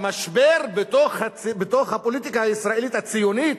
המשבר בתוך הפוליטיקה הישראלית הציונית,